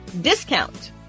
discount